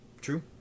True